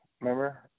Remember